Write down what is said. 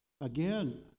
Again